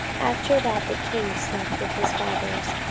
after that the king slept with his fathers.